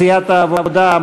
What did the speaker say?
סיעת העבודה,